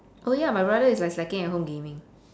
oh ya my brother is like slacking at home gaming